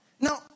Now